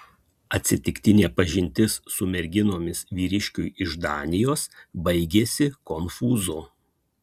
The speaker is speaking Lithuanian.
atsitiktinė pažintis su merginomis vyriškiui iš danijos baigėsi konfūzu